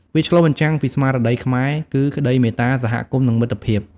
វាឆ្លុះបញ្ចាំងពីស្មារតីខ្មែរគឺក្តីមេត្តា សហគមន៍ និងមិត្តភាព។